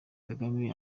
kagame